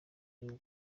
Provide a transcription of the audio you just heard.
gihugu